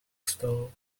stall